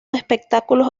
espectáculos